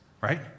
Right